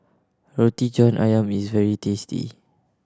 Roti John Ayam is very tasty